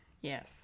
yes